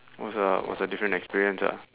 was a was a different experience ah